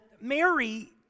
Mary